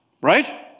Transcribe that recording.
Right